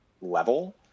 level